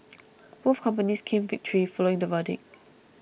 both companies claimed victory following the verdict